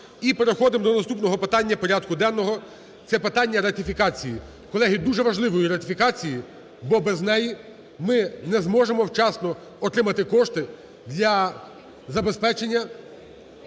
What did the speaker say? переходимо до наступного питання порядку денного - це питання ратифікації. Колеги, дуже важливої ратифікації, бо без неї ми не зможемо вчасно отримати кошти для забезпечення